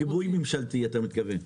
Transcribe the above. עם גיבוי ממשלתי אתה מתכוון.